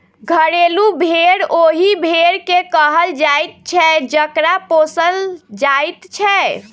घरेलू भेंड़ ओहि भेंड़ के कहल जाइत छै जकरा पोसल जाइत छै